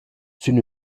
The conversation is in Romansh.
sün